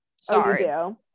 Sorry